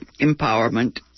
empowerment